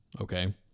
Okay